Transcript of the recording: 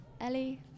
Ellie